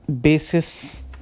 basis